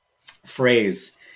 phrase